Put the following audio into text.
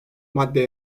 madde